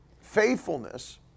faithfulness